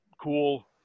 cool